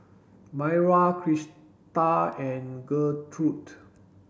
Mayra Krista and Gertrude